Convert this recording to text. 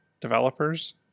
developers